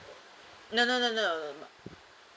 no no no no